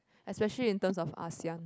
especially in terms of Asean